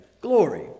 Glory